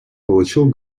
получил